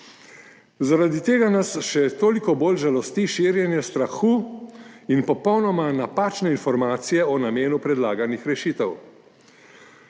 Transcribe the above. Zaradi tega nas še toliko bolj žalosti širjenje strahu in popolnoma napačne informacije o namenu predlaganih rešitev,